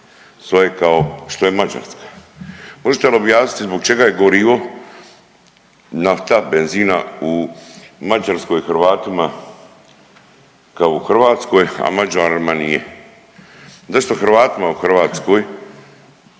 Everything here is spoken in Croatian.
što je Mađarska. Možete li objasniti zbog čega je gorivo nafta benzina u Mađarskoj Hrvatima kao u Hrvatskoj, a Mađarima nije? Zašto Hrvatima u Hrvatskoj